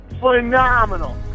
phenomenal